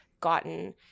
gotten